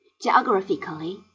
geographically